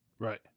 Right